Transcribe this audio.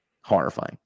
horrifying